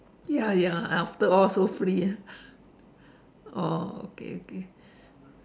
ya ya after all so free oh okay okay